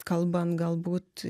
kalbant galbūt